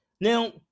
Now